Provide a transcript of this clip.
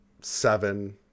seven